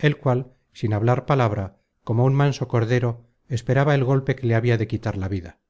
el cual sin hablar palabra como un manso cordero esperaba el golpe que le habia de quitar la vida